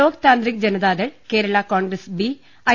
Lok Tantrik Janata Dal Kerala Congress B I